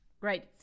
great